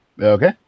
Okay